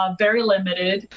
um very limited.